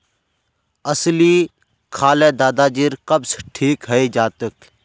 अलसी खा ल दादाजीर कब्ज ठीक हइ जा तेक